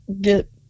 get